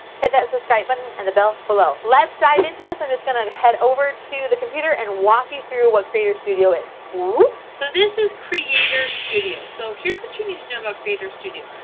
hit that subscribe button and the bell below. let's dive into this, i'm just gonna head over to the computer and walk you through what creator studio is. whoop. so this is creator studio. so here's what you need to know about creator studio.